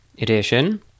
edition